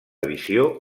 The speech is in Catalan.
visió